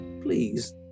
please